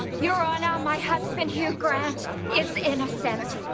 your honor, my husband hugh grant is innocent.